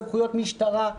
סמכויות משטרה.